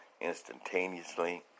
instantaneously